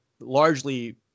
largely